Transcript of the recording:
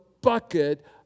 bucket